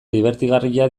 dibertigarria